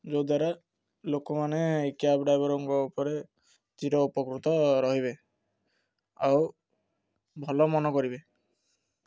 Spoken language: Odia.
ଯେଉଁଦ୍ୱାରା ଲୋକମାନେ ଏ କ୍ୟାବ୍ ଡ୍ରାଇଭରଙ୍କ ଉପରେ ଚିର ଉପକୃତ ରହିବେ ଆଉ ଭଲ ମନେ କରିବେ